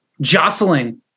jostling